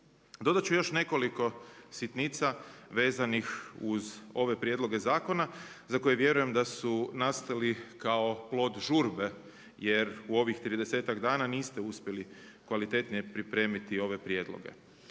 Dodat ću još nekoliko sitnica vezanih uz ove prijedloge zakona za koje vjerujem da su nastali kao plod žurbe jer u ovih tridesetak dana niste uspjeli kvalitetnije pripremiti ove prijedloge.